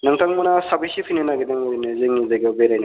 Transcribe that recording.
नोंथांमोना साबैसे फैनो नागिरदों ओरैनो जोंनि जायगायाव बेरायनो